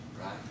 Right